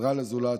עזרה לזולת,